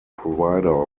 provider